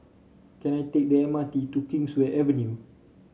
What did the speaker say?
can I take the M R T to Kingswear Avenue